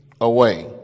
away